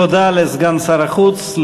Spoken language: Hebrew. תודה לסגן שר החוץ.